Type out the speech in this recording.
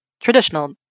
traditional